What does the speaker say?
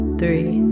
three